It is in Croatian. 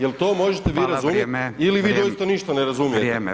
Je li to možete vi razumjeti ili vi doista ništa ne razumijete?